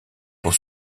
pour